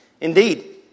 Indeed